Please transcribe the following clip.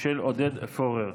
של עודד פורר.